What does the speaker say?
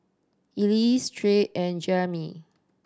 Ellis Tyrek and Jeremey